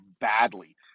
badly